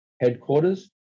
headquarters